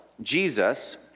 Jesus